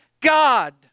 God